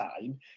time